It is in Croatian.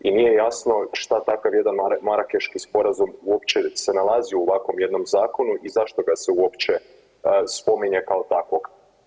I nije jasno šta takav jedan Marakeški sporazum uopće se nalazi u ovakvom jednom zakonu i zašto ga se uopće spominje kao takvog.